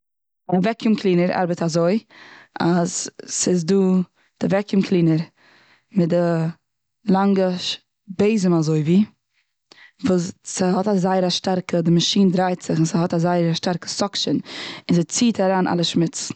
א וועקיום קלינער ארבעט אזוי אז ס'איז דא, די וועקיום קלינער מיט די לאנגע ש'- בעזעם אזויווי וואס ס'האט א זייער שטארקע, די מאשין דרייט זיך און ס'האט א זייער שטארקע סאקשין און ס'ציט אריין אלע שמוץ.